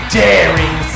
daring